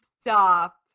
Stop